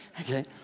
okay